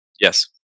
Yes